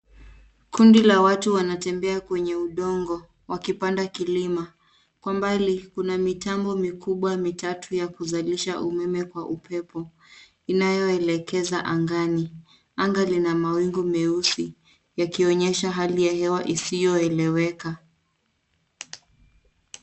Kundi la watu wanatembea kwenye udongo wakipanda kilima. Kwa mbali kuna mitambo mikubwa mitatu ya kuzalisha umeme kwa upepo inayo elekeza angani. Anga Lina mawingu meusi yakionyesha hali ya hewa isiyo eleweka.